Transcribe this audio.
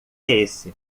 esse